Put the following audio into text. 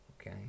Okay